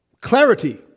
clarity